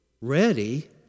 ready